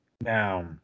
Now